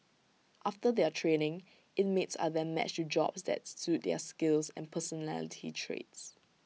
after their training inmates are then matched to jobs that suit their skills and personality traits